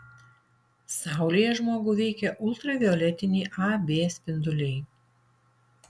saulėje žmogų veikia ultravioletiniai a b spinduliai